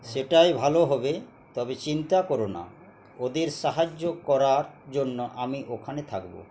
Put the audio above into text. সেটাই ভালো হবে তবে চিন্তা কোরো না ওদের সাহায্য করার জন্য আমি ওখানে থাকব